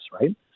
right